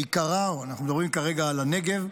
ואנחנו מדברים כרגע על הנגב,